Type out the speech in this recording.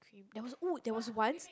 there was !woo! there was once